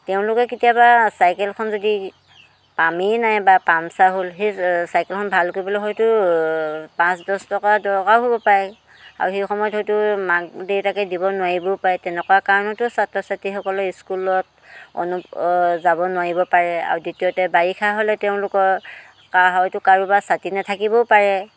তেওঁলোকে কেতিয়াবা চাইকেলখন যদি পামেই নাই বা পামচাৰ হ'ল সেই চাইকেলখন ভাল কৰিবলৈ হয়তো পাঁচ দহ টকা দৰকাৰ হ'ব পাৰে আৰু সেই সময়ত হয়তো মাক দেউতাকে দিব নোৱাৰিবও পাৰে তেনেকুৱা কাৰণতো ছাত্ৰ ছাত্ৰীসকলে স্কুলত যাব নোৱাৰিব পাৰে আৰু দ্বিতীয়তে বাৰিষা হ'লে তেওঁলোকৰ হয়তো কাৰোবাৰ ছাতি নেথাকিবও পাৰে